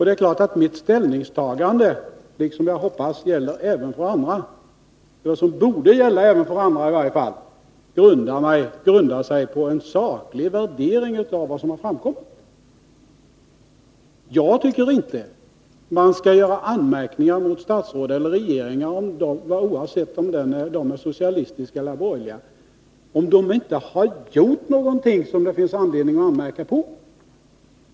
Det är klart att mitt ställningstagande liksom, hoppas jag, andras — det borde i varje fall gälla för andra — grundar sig på en saklig värdering av vad som har framkommit. Jag tycker inte att man skall göra anmärkningar mot statsråd eller regeringar — oavsett om de är socialdemokratiska eller borgerliga — om de inte har gjort någonting som det finns anledning att anmärka på.